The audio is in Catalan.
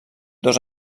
dos